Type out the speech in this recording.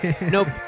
Nope